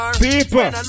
people